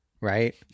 right